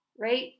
right